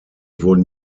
wurden